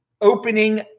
opening